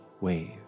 wave